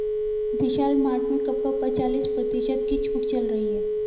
विशाल मार्ट में कपड़ों पर चालीस प्रतिशत की छूट चल रही है